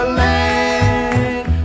land